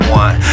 one